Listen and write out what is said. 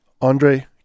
Andre